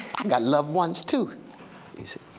and got loved ones too you see.